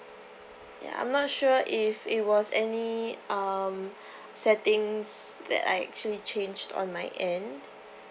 ya I'm not sure if it was any um settings that I actually changed on my end